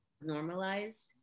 normalized